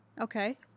okay